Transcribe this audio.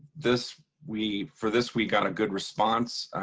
this we for this we got a good response.